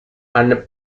and